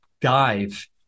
dive